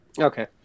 Okay